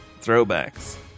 Throwbacks